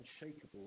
unshakable